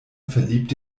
verliebt